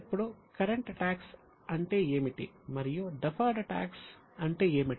ఇప్పుడు current tax అంటే ఏమిటి మరియు డెఫర్డ్ టాక్స్ అంటే ఏమిటి